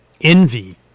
envy